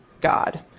God